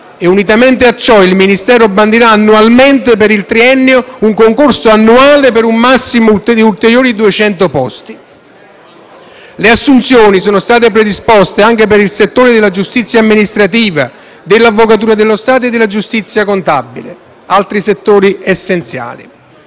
Unitamente a ciò, il Ministero bandirà annualmente per il triennio un concorso annuale per un massimo di ulteriori 200 posti. Le assunzioni sono state predisposte anche per il settore della giustizia amministrativa, dell'Avvocatura dello Stato e della giustizia contabile, altri settori essenziali.